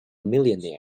millionaire